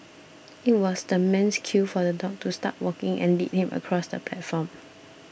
it was the man's cue for the dog to start walking and lead him across the platform